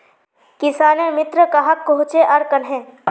किसानेर मित्र कहाक कोहचे आर कन्हे?